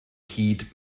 hyd